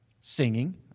singing